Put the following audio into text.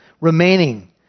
remaining